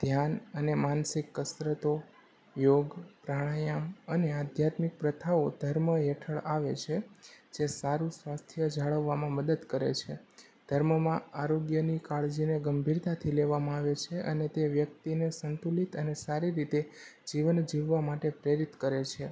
ધ્યાન અને માનસિક કસરતો યોગ પ્રાણાયામ અને આધ્યાત્મિક પ્રથાઓ ધર્મ હેઠળ આવે છે જે સારું સ્વાસ્થ્ય જાળવવામાં મદદ કરે છે ધર્મમાં આરોગ્યની કાળજીને ગંભીરતાથી લેવામાં આવે છે અને તે વ્યક્તિને સંતુલિત અને સારી રીતે જીવન જીવવા માટે પ્રેરિત કરે છે